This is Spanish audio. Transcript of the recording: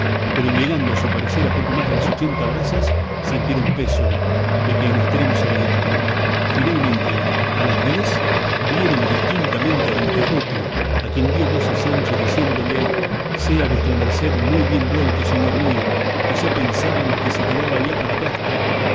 pero llegando a su parecer a poco más de las ochenta brazas sintieron peso de que en estremo se alegraron finalmente a las diez vieron distintamente a don quijote a quien dio voces sancho diciéndole sea vuestra merced muy bien vuelto señor mío que ya pensábamos que se quedaba allá para casta